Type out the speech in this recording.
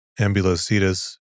Ambulocetus